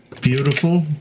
Beautiful